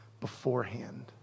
beforehand